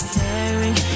Staring